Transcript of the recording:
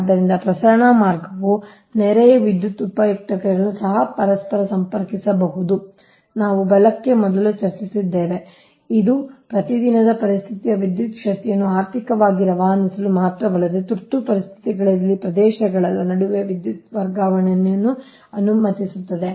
ಆದ್ದರಿಂದ ಪ್ರಸರಣ ಮಾರ್ಗವು ನೆರೆಯ ವಿದ್ಯುತ್ ಉಪಯುಕ್ತತೆಗಳನ್ನು ಸಹ ಪರಸ್ಪರ ಸಂಪರ್ಕಿಸುತ್ತದೆ ನಾವು ಬಲಕ್ಕೆ ಮೊದಲು ಚರ್ಚಿಸಿದ್ದೇವೆ ಇದು ಪ್ರತಿದಿನದ ಪರಿಸ್ಥಿತಿಗಳಲ್ಲಿ ವಿದ್ಯುತ್ ಶಕ್ತಿಯನ್ನು ಆರ್ಥಿಕವಾಗಿ ರವಾನಿಸಲು ಮಾತ್ರವಲ್ಲದೆ ತುರ್ತು ಪರಿಸ್ಥಿತಿಗಳಲ್ಲಿ ಪ್ರದೇಶಗಳ ನಡುವೆ ವಿದ್ಯುತ್ ವರ್ಗಾವಣೆಯನ್ನು ಅನುಮತಿಸುತ್ತದೆ